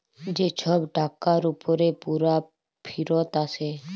যে ছব টাকার উপরে পুরা ফিরত আসে